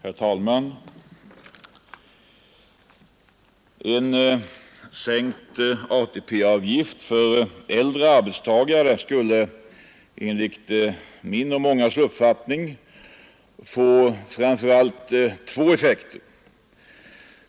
Herr talman! En sänkt ATP-avgift för äldre arbetstagare skulle enligt min och många andras uppfattning få framför allt två effekter.